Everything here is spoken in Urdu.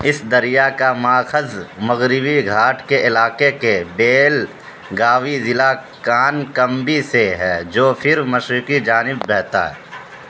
اس دریا کا ماخذ مغربی گھاٹ کے علاقے کے بیل گاوی ضلع کان کمبی سے ہے جو پھر مشرقی جانب بہتا ہے